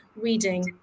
reading